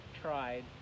tried